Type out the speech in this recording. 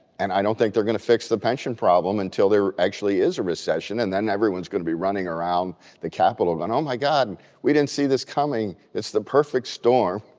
and i don't think they're going to fix the pension problem until there actually is a recession and then everyone's going to be running around the capitol and oh, my god, we didn't see this coming. it's the perfect storm.